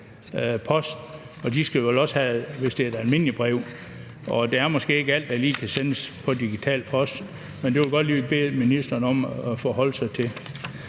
altså i form af et almindeligt brev. Og det er måske ikke alt, der lige kan sendes med digital post. Men det vil jeg godt lige bede ministeren om at forholde sig til.